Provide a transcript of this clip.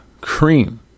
cream